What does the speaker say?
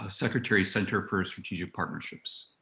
ah secretary center for strategic partnerships.